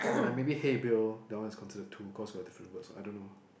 like maybe hey Bill that one is consider two cause got different words I don't know